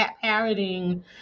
parroting